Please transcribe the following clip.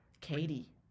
Katie